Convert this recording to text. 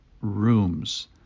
rooms